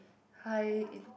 high in